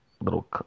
little